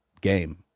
game